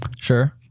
Sure